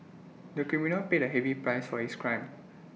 the criminal paid A heavy price for his crime